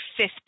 fifth